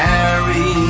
Harry